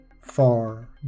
far